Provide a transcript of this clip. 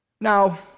Now